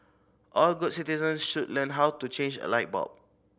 all good citizens should learn how to change a light bulb